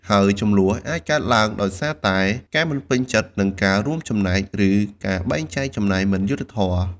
ហើយជម្លោះអាចកើតឡើងដោយសារតែការមិនពេញចិត្តនឹងការរួមចំណែក ឬការបែងចែកចំណាយមិនយុត្តិធម៌។